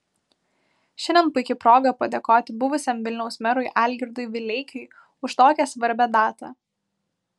šiandien puiki proga padėkoti buvusiam vilniaus merui algirdui vileikiui už tokią svarbią datą